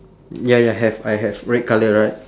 ya ya have I have red colour right